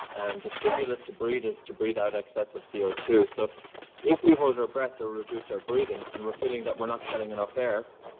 and the stimulus to breathe is to breathe out excessive c o two, so if we hold our breath, or reduce our breathing, and we're feeling that we're not getting enough air,